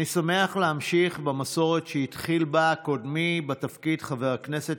אני שמח להמשיך במסורת שהתחיל בה קודמי בתפקיד חבר הכנסת